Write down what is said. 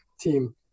team